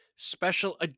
Special